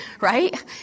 right